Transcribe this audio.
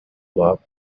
wop